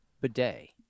bidet